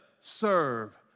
serve